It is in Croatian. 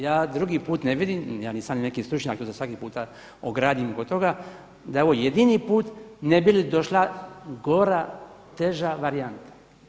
Ja drugi put ne vidim, ja nisam ni neki stručnjak pa se svaki puta ogradim od toga, da je ovo jedini put, ne bi li došla gora, teža varijanta.